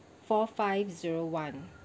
four five zero one